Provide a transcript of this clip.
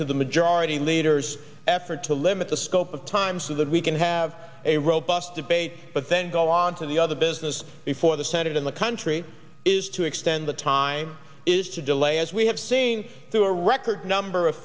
to the majority leader's effort to limit the scope of time so that we can have a robust debate but then go on to the other business before the senate in the country is to extend the time is to delay as we have seen through a record number of